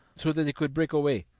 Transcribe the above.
so that they could break away.